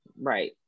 right